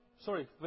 sorry